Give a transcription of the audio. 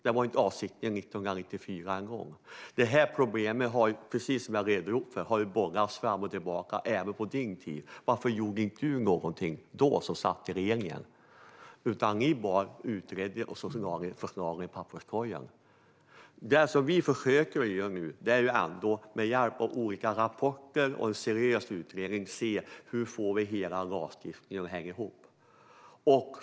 Det var inte avsikten 1994 ens en gång. Problemet har, precis som jag redogjort för, bollats fram och tillbaka - även på din tid. Varför gjorde inte du någonting då, när ni satt i regeringen? Ni bara utredde, och sedan lade ni förslagen i papperskorgen. Det vi försöker göra nu är att med hjälp av olika rapporter och en seriös utredning se hur vi får hela lagstiftningen att hänga ihop.